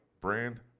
brand